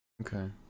Okay